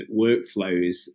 workflows